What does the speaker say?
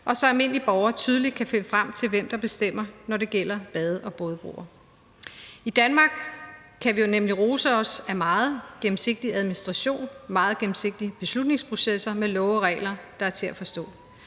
og så almindelige borgere tydeligt kan finde frem til, hvem der bestemmer, når det gælder bade- og bådebroer. I Danmark kan vi nemlig rose os af meget gennemsigtig administration, meget gennemsigtige beslutningsprocesser med love og regler, der er til at forstå.